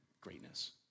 greatness